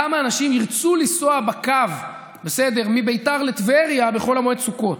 כמה אנשים ירצו לנסוע בקו מביתר לטבריה בחול המועד סוכות,